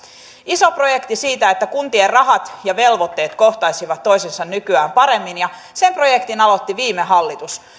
iso projekti siitä että kuntien rahat ja velvoitteet kohtaisivat toisensa nykyään paremmin sen projektin aloitti viime hallitus